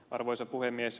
arvoisa puhemies